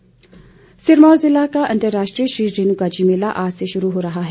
रेणका मेला सिरमौर जिले का अर्तराष्ट्रीय श्री रेणुका जी मेला आज से शुरू हो रहा है